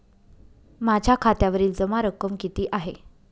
माझ्या खात्यावरील जमा रक्कम किती आहे?